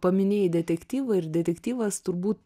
paminėjai detektyvą ir detektyvas turbūt